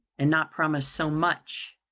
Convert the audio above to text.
and not promise so much,